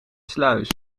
sluis